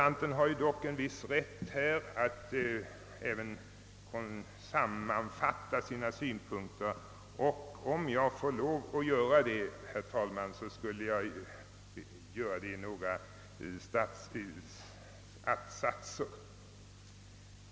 Men en interpellant kan väl ha en viss rätt att sammanfatta sina synpunkter. Om jag får göra det, herr talman, vill jag göra det i några att-satser.